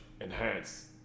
Enhance